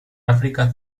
áfrica